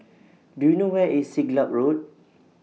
Do YOU know Where IS Siglap Road